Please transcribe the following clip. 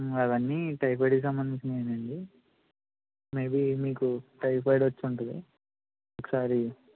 అవ్వన్నీ టైఫాయిడ్కి సంబందించినవే నండి మేబి మీకు టైఫాయిడ్ వచ్చి ఉంటుంది ఒకసారి